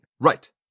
Right